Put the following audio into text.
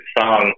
song